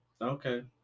Okay